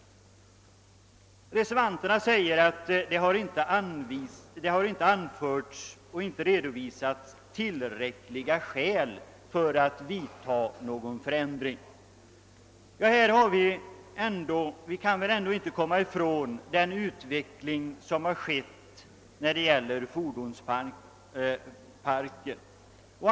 Reservanterna säger att det inte redovisats tillräckliga skäl för en förändring. Men vi kan väl ändå inte bortse från den utveckling av fordonsparken som ägt rum.